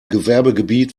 gewerbegebiet